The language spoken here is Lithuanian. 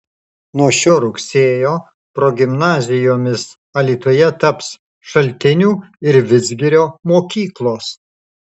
nuo šio rugsėjo progimnazijomis alytuje taps šaltinių ir vidzgirio mokyklos